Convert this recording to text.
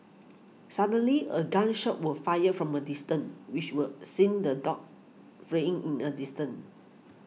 suddenly a gun shot were fired from a distance which were sent the dogs fleeing in an distant